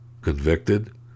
convicted